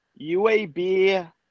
UAB